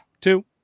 two